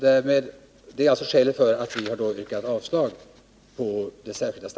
Det är skälet till att vi yrkat